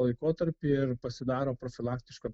laikotarpį ir pasidaro profilaktišką